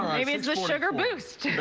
maybe it's a sugar boost.